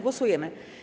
Głosujemy.